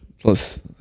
Plus